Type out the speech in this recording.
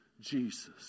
Jesus